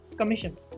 commissions